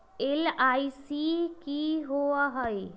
LIC की होअ हई?